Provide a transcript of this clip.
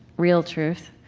real truth,